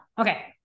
Okay